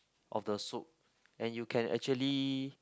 of the soup and you can actually